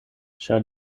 ĉar